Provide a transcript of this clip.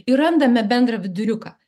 ir randame bendrą viduriuką